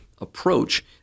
approach